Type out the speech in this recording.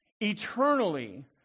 eternally